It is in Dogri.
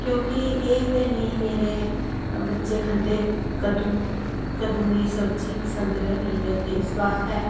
क्योंकि एह् ते नेईं मेरे बच्चे खंदे कद्दू कद्दू दी सब्जी पसंद गै निं करदे इस बास्तै